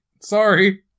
Sorry